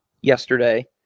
yesterday